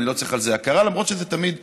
אני לא צריך על זה הכרה, אפילו שזה תמיד נחמד.